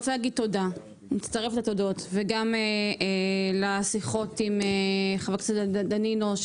אני מצטרפת לתודות וגם לשיחות עם חבר הכנסת דנינו.